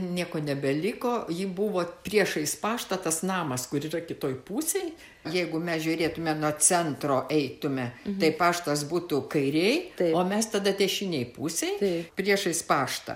nieko nebeliko ji buvo priešais paštą tas namas kur yra kitoj pusėj jeigu mes žiūrėtume nuo centro eitume tai paštas būtų kairėj o mes tada dešinėj pusėj priešais paštą